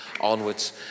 onwards